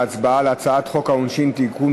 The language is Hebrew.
להצבעה על הצעת חוק העונשין (תיקון,